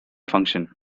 function